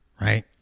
right